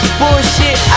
bullshit